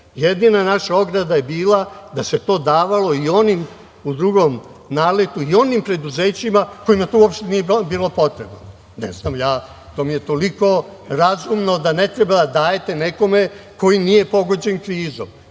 jedina naša ograda je bila da se to davalo i onim u drugom naletu i onim preduzećima kojima to uopšte nije bilo potrebno. To mi je toliko razumno da ne treba da dajete nekome koji nije pogođen krizom,